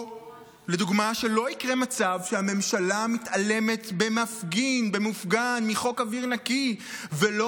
או לדוגמה שלא יקרה מצב שהממשלה מתעלמת במופגן מחוק אוויר נקי ולא